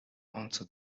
answered